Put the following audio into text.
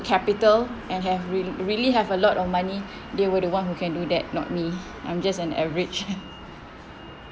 capital and have really really have a lot of money they were the one who can do that not me I'm just an average